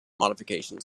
modifications